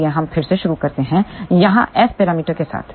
इसलिए हम फिर से शुरू करते हैं यहां एस पैरामीटर्स के साथ